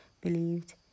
believed